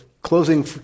Closing